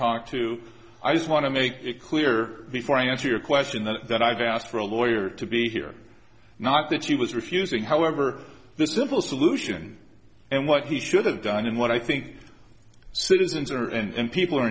talked to i just want to make it clear before i answer your question that i've asked for a lawyer to be here not that she was refusing however this impulse solution and what he should have done and what i think citizens are and people are